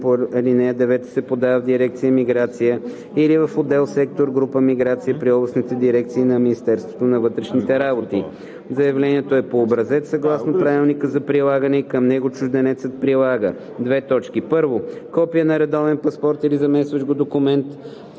по ал. 9 се подава в дирекция „Миграция“ или в отдел/сектор/група „Миграция“ при областните дирекции на Министерството на вътрешните работи. Заявлението е по образец съгласно правилника за прилагане на закона, и към него чужденецът прилага: 1. копие на редовен паспорт или заместващ го документ